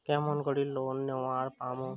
কেমন করি লোন নেওয়ার পামু?